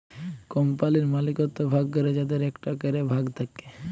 কম্পালির মালিকত্ব ভাগ ক্যরে যাদের একটা ক্যরে ভাগ থাক্যে